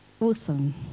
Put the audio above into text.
awesome